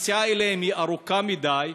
הנסיעה אליהם ארוכה מדי.